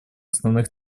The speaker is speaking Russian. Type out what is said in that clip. основных